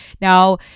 Now